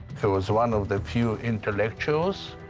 he was one of the few intellectuals,